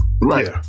Right